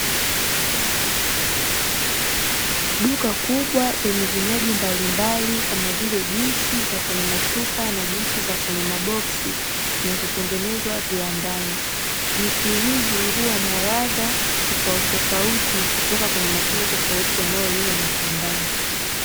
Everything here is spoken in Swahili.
Duka kubwa lenye vinywaji mbalimbali, kama vile juisi za kwenye machupa na juisi za kwenye maboksi, zinazotengenezwa viwandani. Juisi hizi huwa na ladha tofautitofauti, kutoka kwenye matunda tofauti yanayolimwa mashambani.